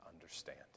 understand